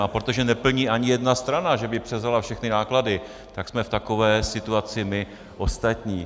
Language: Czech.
A protože neplní ani jedna strana, že by převzala všechny náklady, tak jsme v takové situaci my ostatní.